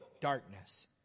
darkness